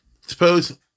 Suppose